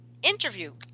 interview